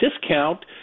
discount